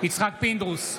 יצחק פינדרוס,